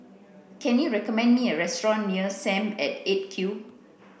can you recommend me a restaurant near S A M at eight Q